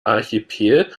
archipel